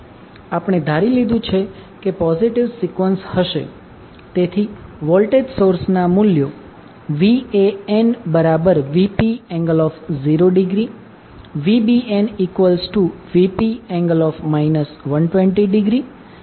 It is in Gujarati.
આપણે ધારી લીધું છે કે પોઝિટિવ સિકવન્સ હશે તેથી વોલ્ટેજ સોર્સ ના મૂલ્યો VanVp∠0° VbnVp∠ 120° VcnVp∠120° છે